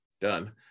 done